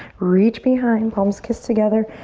reach behind, palms kiss together.